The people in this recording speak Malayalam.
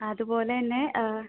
അതുപോലെ തന്നെ